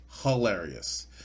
hilarious